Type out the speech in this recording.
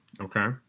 okay